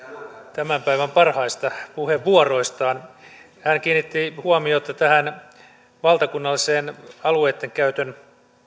tämän päivän parhaista puheenvuoroistaan kiinnitti huomiota tähän valtakunnalliseen alueittenkäytön